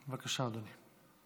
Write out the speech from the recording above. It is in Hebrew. בבקשה, אדוני.